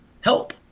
help